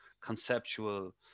conceptual